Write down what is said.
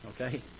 Okay